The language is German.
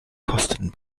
kosten